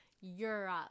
Europe